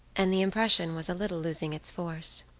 and the impression was a little losing its force.